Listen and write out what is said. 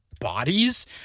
bodies